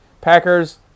Packers